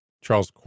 Charles